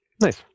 Nice